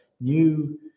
new